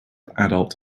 adult